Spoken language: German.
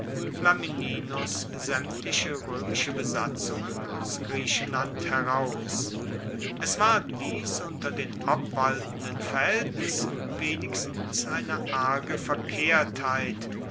flamininus saemtliche roemische besatzungen aus griechenland heraus es war dies unter den obwaltenden verhaeltnissen wenigstens eine arge verkehrtheit